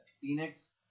Phoenix